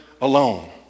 alone